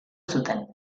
zuten